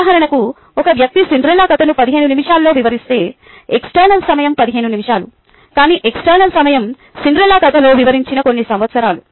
ఉదాహరణకు ఒక వ్యక్తి సిండ్రెల్లా కథను 15 నిమిషాల్లో వివరిస్తే ఎక్స్టర్నల్ సమయం 15 నిమిషాలు కానీ ఇంటర్నల్ సమయం సిండ్రెల్లా కథలో వివరించిన కొన్ని సంవత్సరాలు